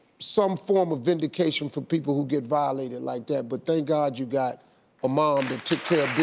some form of vindication for people who get violated like that but thank god you got a mom who took